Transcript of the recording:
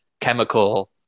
chemical